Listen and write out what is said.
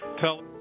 tell